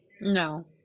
No